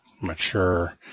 mature